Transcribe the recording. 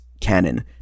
canon